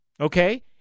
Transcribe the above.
Okay